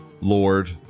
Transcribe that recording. lord